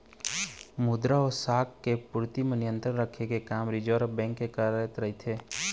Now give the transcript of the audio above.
मद्रा अउ शाख के पूरति म नियंत्रन रखे के काम रिर्जव बेंक के रहिथे